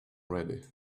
ready